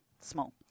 Small